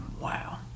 Wow